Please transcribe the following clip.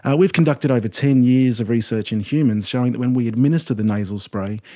and we've conducted over ten years of research in humans showing that when we administer the nasal spray,